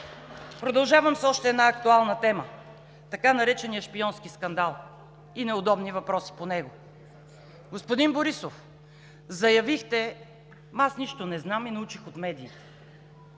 Продължавам с още една актуална тема – така нареченият „шпионски скандал“ и неудобни въпроси по него. Господин Борисов, заявихте: „Аз нищо не знам и научих от медиите.“